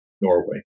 Norway